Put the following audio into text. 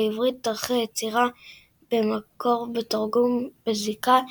לעברית דרכי יצירה במקור ובתרגום בזיקה לפנטזיה,